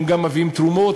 הם גם מביאים תרומות,